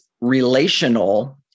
relational